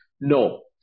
No